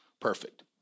Perfect